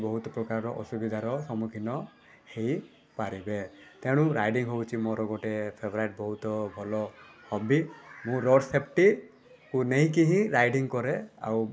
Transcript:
ବହୁତପ୍ରକାର ଅସୁବିଧାର ସମ୍ମୁଖୀନ ହେଇପାରିବେ ତେଣୁ ରାଇଡ଼ିଙ୍ଗ୍ ହେଉଛି ମୋର ଗୋଟେ ଫେବରାଇଟ୍ ବହୁତ ଭଲ ହବି ମୁଁ ରୋଡ଼ ସେଫ୍ଟିକୁ ନେଇକି ହିଁ ରାଇଡ଼ିଙ୍ଗ୍ କରେ ଆଉ